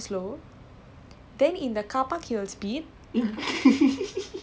so like I'm like I feel like I drive very well either he drive